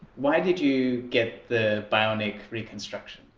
why did you get the bionic reconstruction?